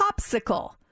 popsicle